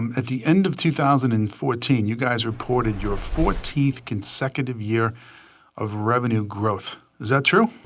um at the end of two thousand and fourteen, you guys reported your fourteenth consecutive year of revenue growth. is that true?